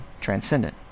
transcendent